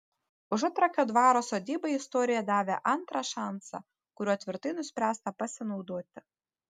užutrakio dvaro sodybai istorija davė antrą šansą kuriuo tvirtai nuspręsta pasinaudoti